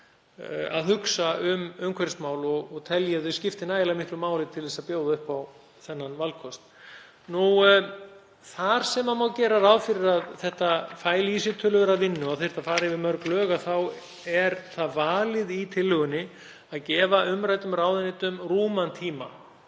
að hugsa um umhverfismál og telji að þau skipti nægilega miklu máli til þess að bjóða upp á þennan valkost. Þar sem má gera ráð fyrir að þetta fæli í sér töluverða vinnu og þyrfti að fara yfir mörg lög er valið í tillögunni að gefa umræddum ráðuneytum rúman tíma